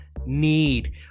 need